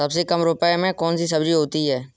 सबसे कम रुपये में कौन सी सब्जी होती है?